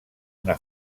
una